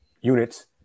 units